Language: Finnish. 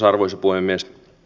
arvoisa puhemies